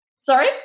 sorry